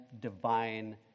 divine